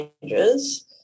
changes